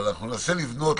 אבל ננסה לבנות,